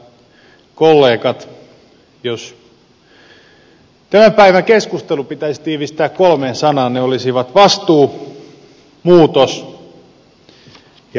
jos tämän päivän keskustelu pitäisi tiivistää kolmeen sanaan ne olisivat vastuu muutos ja populismi